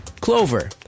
Clover